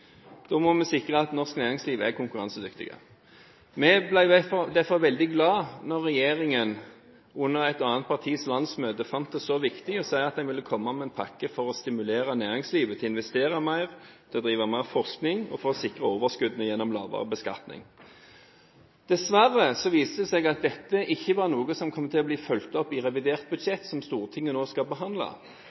Da må en sikre at norsk næringsliv er konkurransedyktig. Vi ble derfor veldig glade da regjeringen under et annet partis landsmøte fant det viktig å si at de ville komme med en pakke for å stimulere næringslivet til å investere mer, til å drive mer forskning og til å sikre overskuddene gjennom lavere beskatning. Dessverre viste det seg at dette ikke var noe som kom til å bli fulgt opp i revidert budsjett, som Stortinget nå skal behandle.